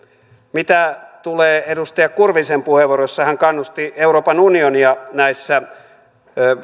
mitä tulee edustaja kurvisen puheenvuoroon jossa hän kannusti euroopan unionia näissä